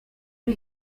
ari